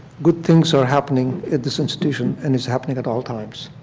good things are happening at this institution and is happening at all times.